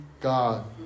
God